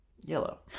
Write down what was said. Yellow